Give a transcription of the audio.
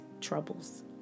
troubles